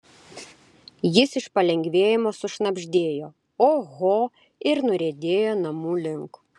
jis iš palengvėjimo sušnabždėjo oho ir nuriedėjo namų link